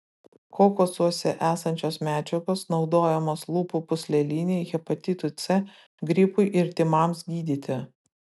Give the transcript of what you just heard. kokosuose esančios medžiagos naudojamos lūpų pūslelinei hepatitui c gripui ir tymams gydyti